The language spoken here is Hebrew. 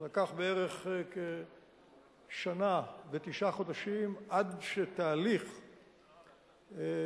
זה לקח בערך כשנה ותשעה חודשים עד שתהליך התפטרותו,